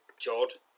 Jod